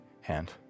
hand